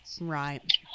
Right